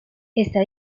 esta